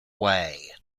way